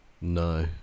No